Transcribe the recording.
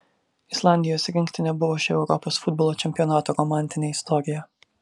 islandijos rinktinė buvo šio europos futbolo čempionato romantinė istorija